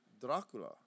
Dracula